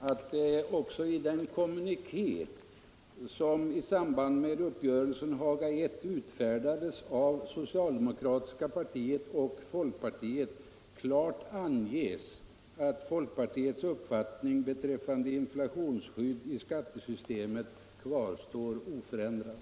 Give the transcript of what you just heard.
Fru talman! Jag skulle bara vilja tillägga att det också i den kommuniké som utfärdades i samband med Haga I av socialdemokratiska partiet och folkpartiet klart anges att folkpartiets uppfattning beträffande inflationsskydd i skattesystemet kvarstår oförändrad.